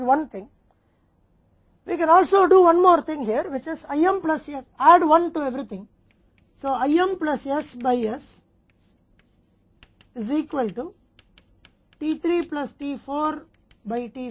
तो IM plus s by s बराबर है t 3 plus t 4 by t 4 जो बराबर है t 1 plus t 2 by t1